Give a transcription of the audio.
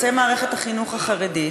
יוצאי מערכת החינוך החרדית,